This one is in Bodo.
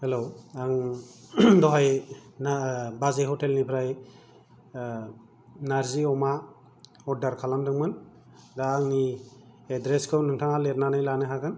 हेल' आं दहाय बाजै हटेल निफ्राय नार्जि अमा अर्डार खालामदोंमोन दा आंनि एडरेस खौ नोंथाङा लिरनानै लानो हागोन